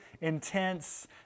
intense